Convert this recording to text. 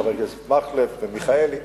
חברי הכנסת מקלב ומיכאלי,